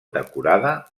decorada